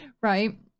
right